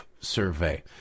survey